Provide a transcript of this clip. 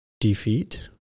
defeat